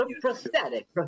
Prosthetic